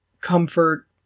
comfort